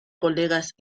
colegas